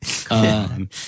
come